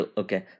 okay